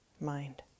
mind